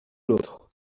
l’autre